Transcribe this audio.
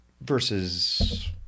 versus